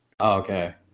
okay